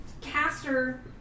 caster